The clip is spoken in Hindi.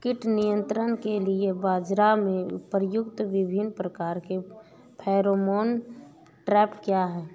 कीट नियंत्रण के लिए बाजरा में प्रयुक्त विभिन्न प्रकार के फेरोमोन ट्रैप क्या है?